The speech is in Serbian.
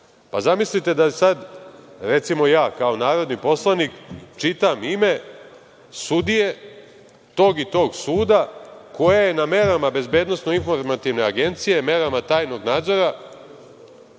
Zamislite da sada ja kao narodni poslanik čitam ime sudije tog i tog suda koja je na merama Bezbedonosno informativne agencije, merama tajnog nadzora,